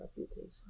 reputation